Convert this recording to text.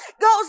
Goes